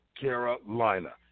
Carolina